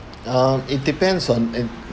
uh it depends on individual